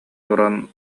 туран